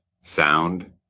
sound